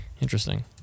Interesting